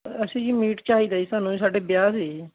ਅਸੀਂ ਜੀ ਮੀਟ ਚਾਹੀਦਾ ਜੀ ਸਾਨੂੰ ਸਾਡੇ ਵਿਆਹ ਸੀ ਜੀ